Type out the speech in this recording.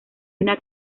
una